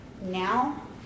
now